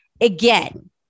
Again